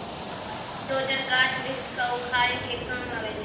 dozer, गाछ वृक्ष क उखाड़े के काम आवै छै